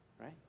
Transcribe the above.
right